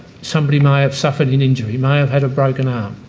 somebody may have suffered an injury, may have had a broken arm,